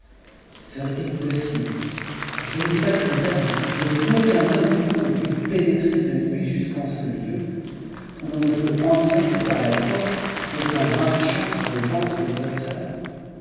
serait-il possible je ne dis pas qu'une dame mais qu'aucun homme au monde eût pénétré de nuit jus qu'en ce lieu où l'on ne peut entrer que par la porte et qu'en marchant sur le ventre de votre esclave